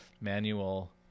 manual